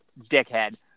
Dickhead